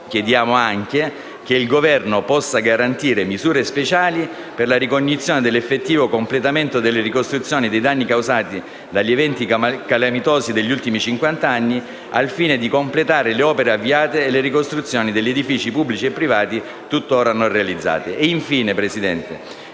Chiediamo pure che il Governo possa garantire misure speciali per la ricognizione dell'effettivo completamento delle ricostruzioni dei danni causati dagli eventi calamitosi degli ultimi cinquant'anni, al fine di completare le opere avviate e le ricostruzioni degli edifici pubblici e privati tuttora non realizzate.